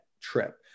trip